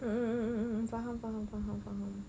mm mm mm faham faham faham